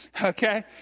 Okay